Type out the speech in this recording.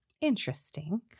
interesting